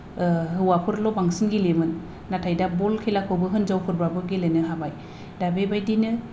हौवाफोरल' बांसिन गेलेयोमोन नाथाय दा बल खेलाखौबो हिनजावफोरबाबो गेलेनो हाबाय दा बेबायदिनो